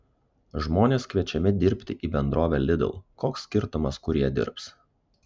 žmonės kviečiami dirbti į bendrovę lidl koks skirtumas kur jie dirbs